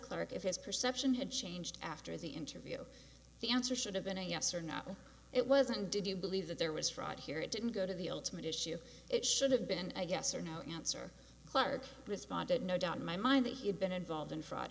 clarke if his perception had changed after the interview the answer should have been a yes or no it wasn't did you believe that there was fraud here it didn't go to the ultimate issue it should have been i guess or no answer clarke responded no doubt in my mind that he had been involved in fraud